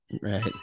Right